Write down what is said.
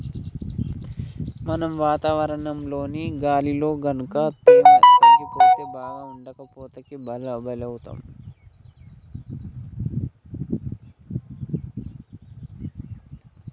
మనం వాతావరణంలోని గాలిలో గనుక తేమ తగ్గిపోతే బాగా ఉడకపోతకి బలౌతాం